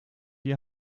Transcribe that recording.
ihr